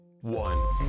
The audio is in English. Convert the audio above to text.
one